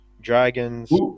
Dragons